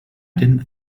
didn’t